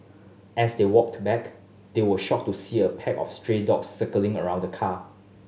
as they walked back they were shocked to see a pack of stray dogs circling around the car